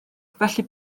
felly